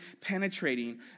penetrating